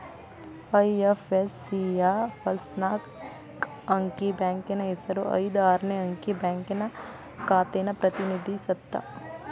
IFSC ಯ first ನಾಕ್ ಅಂಕಿ ಬ್ಯಾಂಕಿನ್ ಹೆಸರ ಐದ್ ಆರ್ನೆ ಅಂಕಿ ಬ್ಯಾಂಕಿನ್ ಶಾಖೆನ ಪ್ರತಿನಿಧಿಸತ್ತ